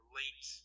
late